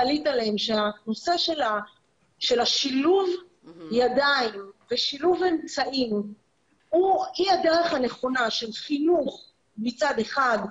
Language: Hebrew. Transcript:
הנושא של שילוב ידיים ושילוב אמצעים היא הדרך הנכונה של חינוך מצד אחד,